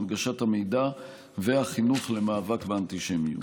הנגשת המידע והחינוך למאבק באנטישמיות.